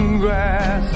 grass